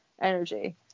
energy